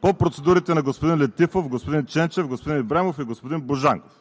по процедурите на господин Летифов, господин Ченчев, господин Ибрямов и господин Божанков